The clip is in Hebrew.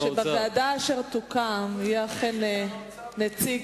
לבקש שבוועדה אשר תוקם יהיה אכן נציג,